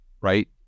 right